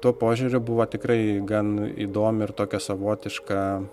tuo požiūriu buvo tikrai gan įdomi ir tokia savotiška